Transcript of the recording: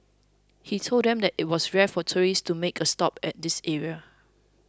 he told them that it was rare for tourists to make a stop at this area